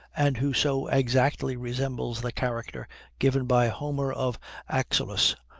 and who so exactly resembles the character given by homer of axylus,